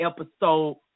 episode